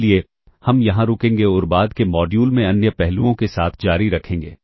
इसलिए हम यहां रुकेंगे और बाद के मॉड्यूल में अन्य पहलुओं के साथ जारी रखेंगे